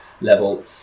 level